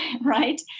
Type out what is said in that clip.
right